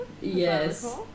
Yes